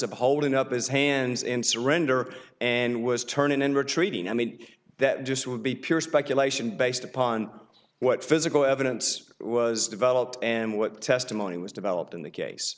of holding up his hands in surrender and was turned in and retreating i mean that just would be pure speculation based upon what physical evidence was developed and what testimony was developed in the case